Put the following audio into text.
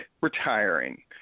retiring